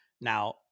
now